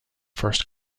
first